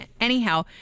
anyhow